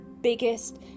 biggest